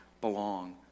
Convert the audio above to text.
belong